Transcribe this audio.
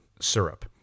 syrup